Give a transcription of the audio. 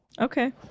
Okay